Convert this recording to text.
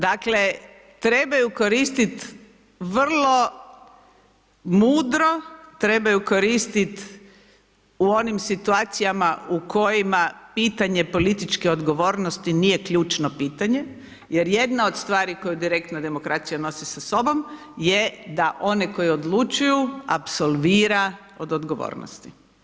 Dakle trebaju koristiti vrlo mudro trebaju koristiti u onim situacijama u kojima pitanje političke odgovornosti nije ključno pitanje jer jedna od stvari koju direktna demokracija nosi sa sobom je da one koji odlučuju apsolvira od odgovornosti.